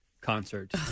concert